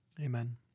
amen